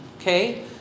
Okay